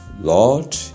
Lord